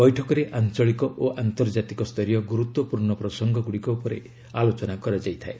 ବୈଠକରେ ଆଞ୍ଚଳିକ ଓ ଆନ୍ତର୍ଜାତିକ ସ୍ତରୀୟ ଗୁରୁତ୍ୱପୂର୍ଣ୍ଣ ପ୍ରସଙ୍ଗ ଗୁଡ଼ିକ ଉପରେ ଆଲୋଚନା କରାଯାଇଥାଏ